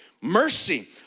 mercy